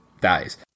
dies